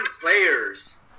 players